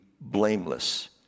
blameless